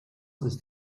ist